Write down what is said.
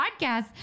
podcast